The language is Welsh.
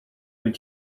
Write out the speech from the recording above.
wyt